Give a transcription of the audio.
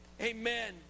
Amen